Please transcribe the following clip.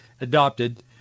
adopted